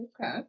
Okay